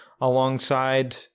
alongside